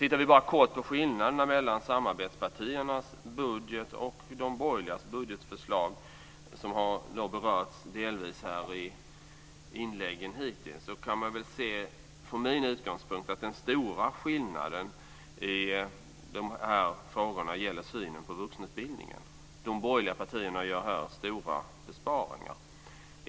Tittar vi bara kort på skillnaderna mellan samarbetspartiernas budget och de borgerligas budgetförslag, som har berörts delvis i inläggen hittills, kan vi se att den stora skillnaden, från min utgångspunkt, gäller synen på vuxenutbildningen.